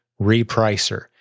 repricer